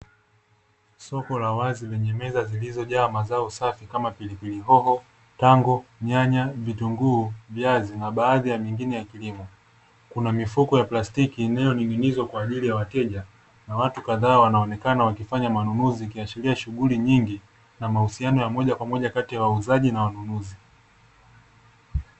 Soko la wazi lenye meza zilizojaa mazao safi kama: pilipili hoho, nyanya, tango, vitunguu, viazi na baadhi ya mengine ya kilimo, kuna mifuko ya plastiki iliyo ning’inizwa kwa ajili ya wateja na watu kadhaa wanaonekana wakifanya manunuzi, ikiashiria shughuli nyingi na mahusiano ya moja kwa moja kati ya wauzaji na wanunuzi.